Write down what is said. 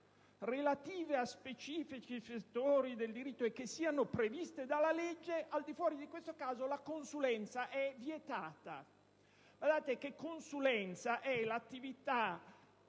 relative a specifici settori del diritto e che sono previste dalla legge ...», al di fuori di questo caso, la consulenza è sempre vietata. Guardate che per consulenza si intende l'attività